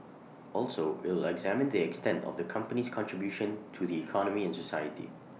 also will examine the extent of the company's contribution to the economy and society